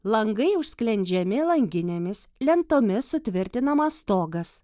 langai užsklendžiami langinėmis lentomis sutvirtinamas stogas